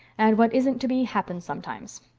and what isn't to be happens sometimes.